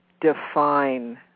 define